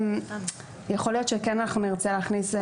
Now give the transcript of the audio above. יכול להיות שכן נרצה להכניס.